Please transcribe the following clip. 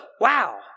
wow